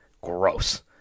Gross